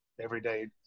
everyday